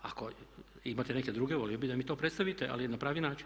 Ako imate neke druge volio bih da mi to predstavite, ali na pravi način.